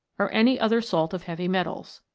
or any other salt of heavy metals.